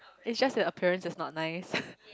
it's just the appearance is not nice